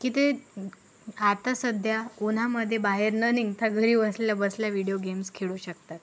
की ते आता सध्या उन्हामध्ये बाहेर न निघता घरी बसल्या बसल्या विडीओ गेम्स खेळू शकतात